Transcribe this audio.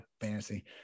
Fantasy